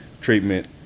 treatment